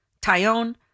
Tyone